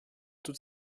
toute